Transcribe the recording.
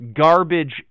garbage